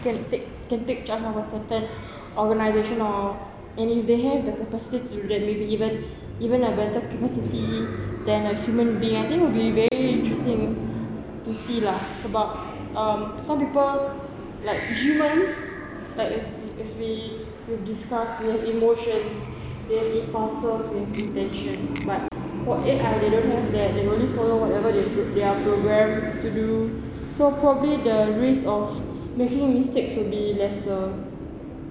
can take can take charge of a certain organisation or and if they have the capacity to do that maybe even even a better capacity than a human being I think it'll be very interesting to see lah sebab um some people like humans like if we if we discuss we have emotions have impulses we have intentions but for A_I they don't have that they can only follow whatever you they are programmed to do so probably the risk of making mistakes will be lesser